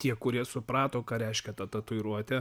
tie kurie suprato ką reiškia ta tatuiruotė